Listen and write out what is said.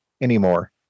anymore